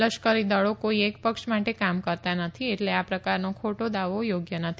લશ્કરી દળો કોઈ એક પક્ષ માટે કામ કરતા નથી એટલે આ પ્રકારનો ખોટો દાવો યોગ્ય નથી